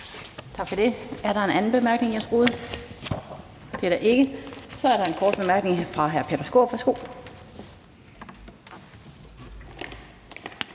Tak for det. Er der en anden bemærkning, Jens Rohde? Det er der ikke. Så er der en kort bemærkning fra hr. Peter Skaarup.